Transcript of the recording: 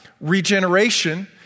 Regeneration